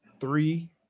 three